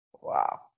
Wow